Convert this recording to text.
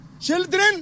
children